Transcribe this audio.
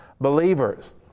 believers